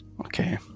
Okay